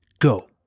go